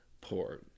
Poor